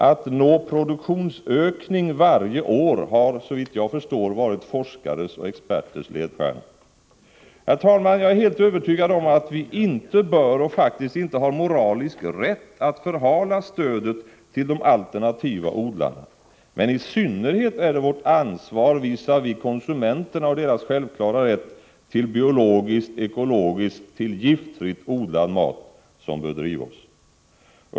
Att nå produktionsökningar varje år har, såvitt jag förstår, varit forskares och experters ledstjärna. Herr talman! Jag är helt övertygad om att vi inte bör och faktiskt inte har moralisk rätt att förhala stödet till de alternativa odlarna. Men i synnerhet är det vårt ansvar visavi konsumenterna och deras självklara rätt till biologiskt, ekologiskt och giftfritt odlad mat som bör driva oss.